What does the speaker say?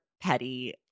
petty